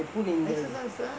they put in the